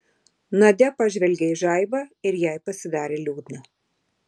nadia pažvelgė į žaibą ir jai pasidarė liūdna